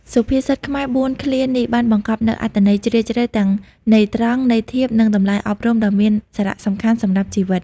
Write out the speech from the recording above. សុភាសិតខ្មែរ៤ឃ្លានេះបានបង្កប់នូវអត្ថន័យជ្រាលជ្រៅទាំងន័យត្រង់ ន័យធៀប និងតម្លៃអប់រំដ៏មានសារៈសំខាន់សម្រាប់ជីវិត។